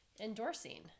endorsing